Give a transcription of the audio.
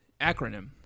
Acronym